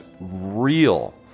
real